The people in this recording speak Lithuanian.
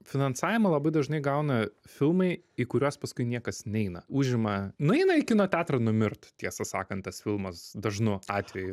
finansavimą labai dažnai gauna filmai į kuriuos paskui niekas neina užima nueina į kino teatrą numirt tiesą sakan tas filmas dažnu atveju